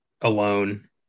alone